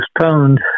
postponed